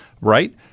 right